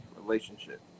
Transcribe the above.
relationship